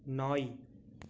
நாய்